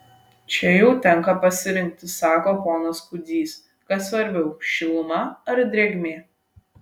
čia jau tenka pasirinkti sako ponas kudzys kas svarbiau šiluma ar drėgmė